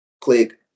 click